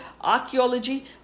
archaeology